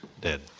Dead